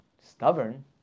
Stubborn